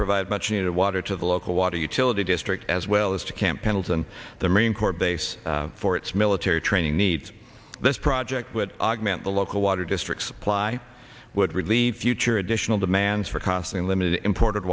provide much needed water to the local water utility district as well as to camp pendleton the marine corps base for its military training needs this project would augment the local water district supply would relieve future additional demands for costly limited imported